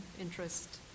interest